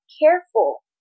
careful